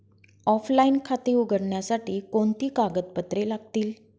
Offline खाते उघडण्यासाठी कोणती कागदपत्रे लागतील?